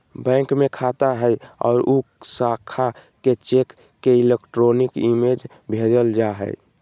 bank में खाता हइ और उ शाखा के चेक के इलेक्ट्रॉनिक इमेज भेजल जा हइ